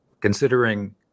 considering